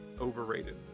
overrated